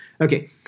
Okay